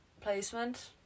placement